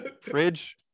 fridge